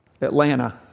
Atlanta